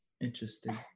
Interesting